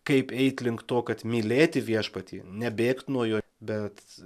kaip eit link to kad mylėti viešpatį nebėgt nuo jo bet